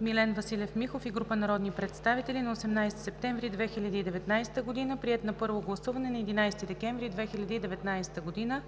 Милен Василев Михов и група народни представители на 18 септември 2019 г., приет на първо гласуване на 11 декември 2019 г.